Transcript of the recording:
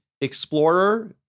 explorer